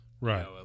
right